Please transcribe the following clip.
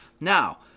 Now